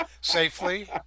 safely